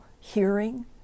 hearing